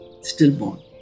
stillborn